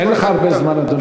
אין לך הרבה זמן, אדוני.